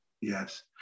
yes